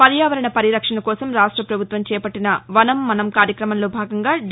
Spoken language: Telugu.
పర్యావరణ పరిరక్షణ కోసం రాష్ట్ర ప్రభుత్వం చేపట్టిన వనం మనం కార్యక్రమంలో భాగంగా డి